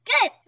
Good